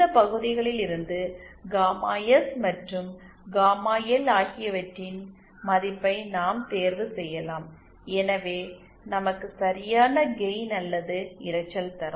இந்த பகுதிகளில் இருந்து காமா எஸ் மற்றும் காமா எல் ஆகியவற்றின் மதிப்பை நாம் தேர்வு செய்யலாம் அவை நமக்கு சரியான கெயின் அல்லது இரைச்சல் தரும்